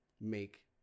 make